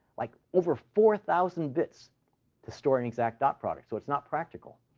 like, over four thousand bits to store an exact dot product, so it's not practical.